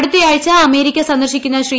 അടുത്തയാഴ്ച അമേരിക്ക സന്ദർശിക്കുന്ന് ശ്രീ